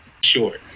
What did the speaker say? Sure